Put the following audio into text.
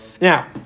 Now